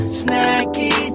snacky